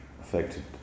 affected